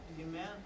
Amen